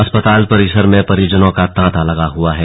अस्पताल परिसर में परिजनों का तांता लगा हुआ है